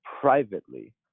privately